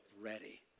ready